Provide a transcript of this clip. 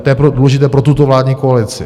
To je důležité pro tuto vládní koalici.